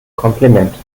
kompliment